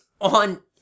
on